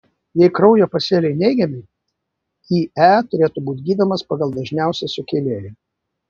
jei kraujo pasėliai neigiami ie turėtų būti gydomas pagal dažniausią sukėlėją